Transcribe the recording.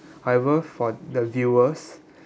however for the viewers